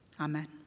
Amen